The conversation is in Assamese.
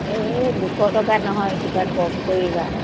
এই দুশ টকা নহয় কিবা কম কৰিবা